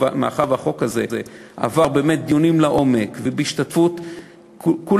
מאחר שהחוק הזה עבר באמת דיונים לעומק ובהשתתפות כולם,